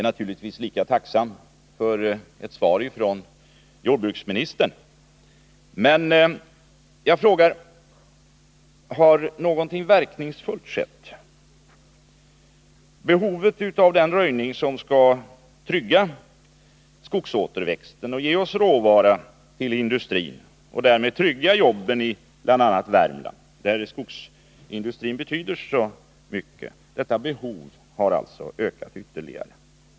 Naturligtvis är jag lika tacksam för ett svar från jordbruksministern, och jag frågar nu om någonting verkningsfullt har skett? Behovet av den röjning som skall trygga skogsåterväxten och ge oss råvara till industrin — och därmed trygga jobben i bl.a. Värmland, där skogsindustrin betyder så mycket — har alltså ökat ytterligare.